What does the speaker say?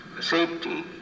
safety